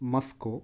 Moscow